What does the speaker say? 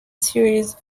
series